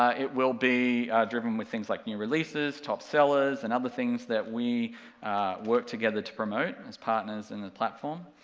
it will be driven with things like new releases, top sellers, and other things that we work together to promote, as partners in the platform.